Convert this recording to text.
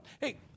Hey